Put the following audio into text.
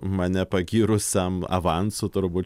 mane pagyrusiam avansu turbūt